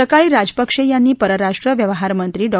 सकाळी राजपक्षे यांनी परराष्ट्र व्यवहार मंत्री डॉ